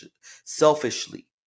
selfishly